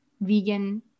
vegan